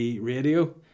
Radio